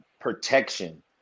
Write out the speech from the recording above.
protection